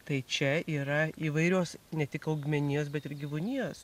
tai čia yra įvairios ne tik augmenijos bet ir gyvūnijos